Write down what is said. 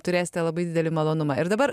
turėsite labai didelį malonumą ir dabar